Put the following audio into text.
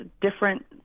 different